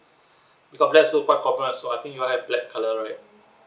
because black also quite common lah I think you all have black colour right